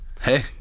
Hey